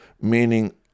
meaning